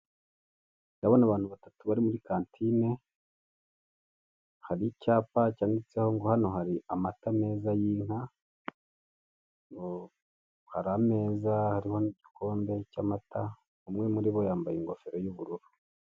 Ndabona abantu batatu bari muri kantine hari icyapa cyanditseho ngo " Hano hari amata meza y'inka," hari ameza hariho n'igikombe cy'amata umwe muri bo yambaye ingofero y'ubururu.